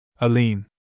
Aline